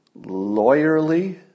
lawyerly